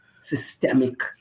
systemic